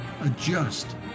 adjust